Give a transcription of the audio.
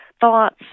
thoughts